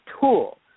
tool